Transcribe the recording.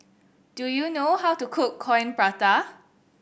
do you know how to cook Coin Prata